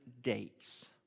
dates